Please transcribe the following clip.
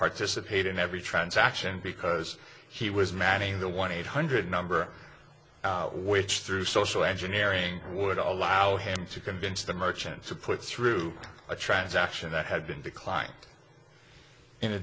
participate in every transaction because he was manning the one eight hundred number which through social engineering would allow him to convince the merchant to put through a transaction that had been declin